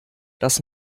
das